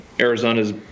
Arizona's